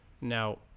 Now